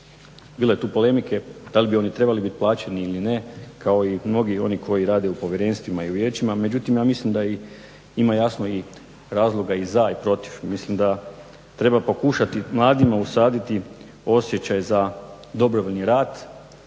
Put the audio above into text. Bilo je tu polemike da li bi oni trebali biti plaćeni ili ne, kao i mnogi oni koji rade u povjerenstvima i u vijećima, međutim ja mislim da ima jasno razloga i za i protiv. Mislim da treba pokušati mladima usaditi osjećaj za dobrovoljni rad,